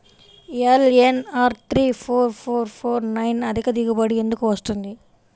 LNR three four four four nine అధిక దిగుబడి ఎందుకు వస్తుంది?